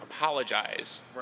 apologize